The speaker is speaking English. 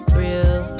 real